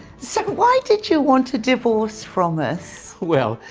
so why did you want a divorce from us? well,